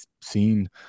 seen